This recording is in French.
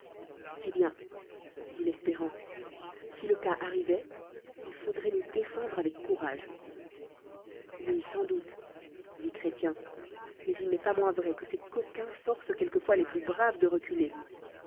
eh bien dit l'espérant si le cas arrivait il faudroit nous défendre avec courage oui sans doute dit chrétien mais il n'est pas moins vrai que ces coquins forcent quel quefois les plls braves de reculer